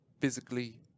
physically